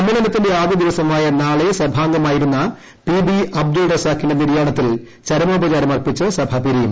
സമ്മേളനത്തിന്റെ ആദ്യ ദിവസമായ നാളെ സഭാംഗമായിരുന്ന പി ബി അബ്ദുൾ റസാക്കിന്റെ നിര്യാണത്തിൽ ചരമോപചാഴ്രം അർപ്പിച്ച് സഭ പിരിയും